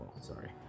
sorry